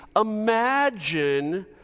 imagine